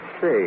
see